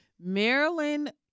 Maryland